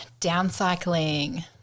downcycling